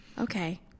Okay